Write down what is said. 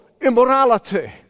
immorality